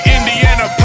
Indiana